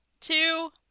two